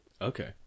Okay